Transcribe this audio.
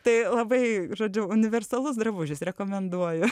tai labai žodžiu universalus drabužis rekomenduoju